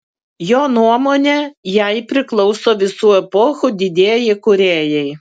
jo nuomone jai priklauso visų epochų didieji kūrėjai